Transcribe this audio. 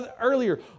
earlier